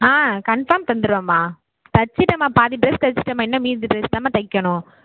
ஆ confirm தந்துவேம்மா தச்சுட்டம்மா பாதி ட்ரெஸ் தச்சுட்டம்மா இன்னும் மீதி ட்ரெஸ் தாம்மா தைக்கணும்